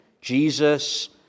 jesus